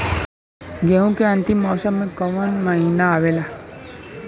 गेहूँ के अंतिम मौसम में कऊन महिना आवेला?